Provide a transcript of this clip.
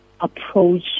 approach